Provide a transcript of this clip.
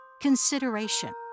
consideration